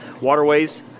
waterways